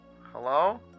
Hello